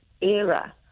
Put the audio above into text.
era